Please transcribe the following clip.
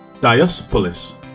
Diospolis